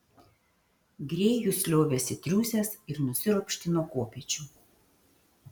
grėjus liovėsi triūsęs ir nusiropštė nuo kopėčių